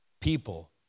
People